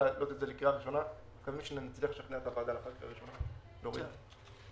לקראת הקריאה השנייה והשלישית להוריד את זה.